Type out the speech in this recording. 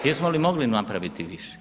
Jesmo li mogli napraviti više?